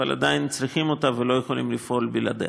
אבל עדיין צריכים אותה ולא יכולים לפעול בלעדיה.